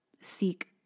seek